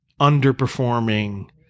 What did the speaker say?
underperforming